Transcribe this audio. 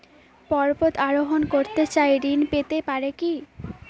পর্বত আরোহণ করতে চাই ঋণ পেতে পারে কি?